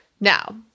Now